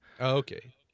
okay